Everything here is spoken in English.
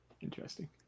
interesting